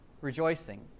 rejoicing